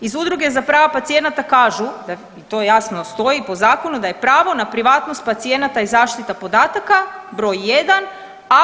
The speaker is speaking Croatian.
Iz Udruge za prava pacijenata kažu to jasno stoji po zakonu, da je pravo na privatnost pacijenata i zaštita podataka broj jedan.